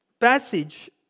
passage